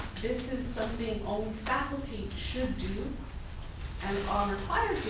this is something only faculty should do and um and